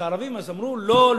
והערבים אז אמרו: לא,